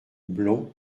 blond